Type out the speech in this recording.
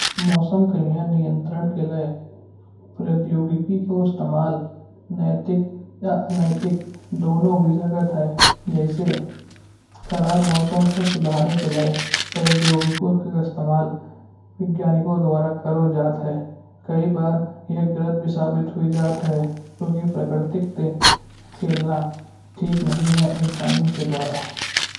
मौसम के नियन्त्रन के लिये प्रतियोगिकी को इस्तेमाल नैतिक या नैतिक दोनों विषयों का था। जैसे खराब मौसम को सुधारने के लिये प्रौद्योगिकी को इस्तेमाल वैज्ञानिकों द्वारा करो जात है। कई बार एक गलत भी साबित हुई जात है। क्यूँकि प्राकृतिक ते खेलना ठीक नहीं है इन्सानो के द्वारा।